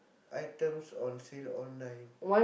items on sale online